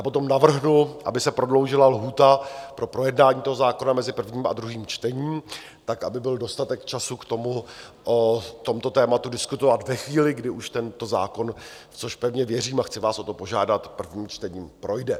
Potom navrhnu, aby se prodloužila lhůta pro projednání toho zákona mezi prvním a druhým čtením tak, aby byl dostatek času k tomu, o tomto tématu diskutovat ve chvíli, kdy už tento zákon, v což pevně věřím a chci vás o to požádat, prvním čtením projde.